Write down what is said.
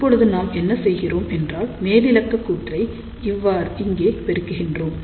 இப்போது நாம் என்ன செய்கிறோம் என்றால் மேலிலக்க கூற்றை இங்கே பெருக்குகின்றோம்